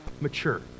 mature